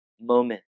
moment